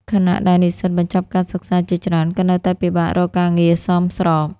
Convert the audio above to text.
ខណៈដែលនិស្សិតបញ្ចប់ការសិក្សាជាច្រើនក៏នៅតែពិបាករកការងារសមស្រប។